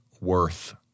worth